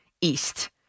East